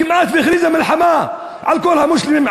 כמעט הכריזה מלחמה על כל המוסלמים,